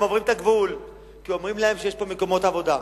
הם עוברים את הגבול כי אומרים להם שיש פה מקומות עבודה.